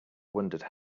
wondered